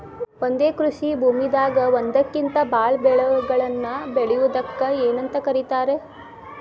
ಒಂದೇ ಕೃಷಿ ಭೂಮಿದಾಗ ಒಂದಕ್ಕಿಂತ ಭಾಳ ಬೆಳೆಗಳನ್ನ ಬೆಳೆಯುವುದಕ್ಕ ಏನಂತ ಕರಿತಾರೇ?